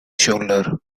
shoulder